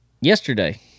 yesterday